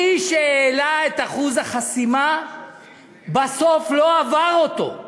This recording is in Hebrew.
מי שהעלה את אחוז החסימה בסוף לא עבר אותו.